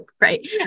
right